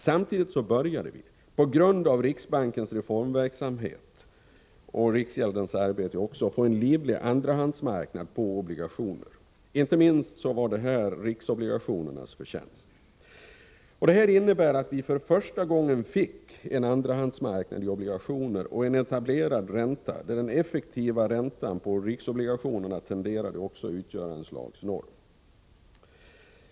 Samtidigt började vi, på grund av riksbankens reformverksamhet och riksgäldskontorets arbete, att få en livlig andrahandsmarknad på obligationer. Inte minst var detta riksobligationernas förtjänst. Det innebar att vi för första gången fick en andrahandsmarknad i obligationer och en etablerad ränta, där den effektiva räntan på riksobligationer tenderade att utgöra ett slags norm.